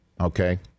okay